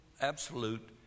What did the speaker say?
absolute